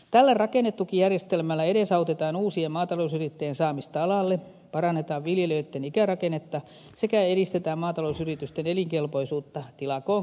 tällä rakennetukijärjestelmällä edesautetaan uusien maatalousyrittäjien saamista alalle parannetaan viljelijöitten ikärakennetta sekä edistetään maatalousyritysten elinkelpoisuutta tilakoon kasvun myötä